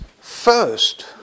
first